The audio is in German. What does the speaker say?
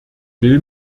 will